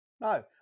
no